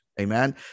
Amen